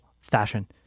fashion